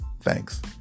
Thanks